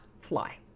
fly